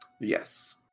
yes